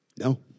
no